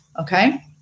Okay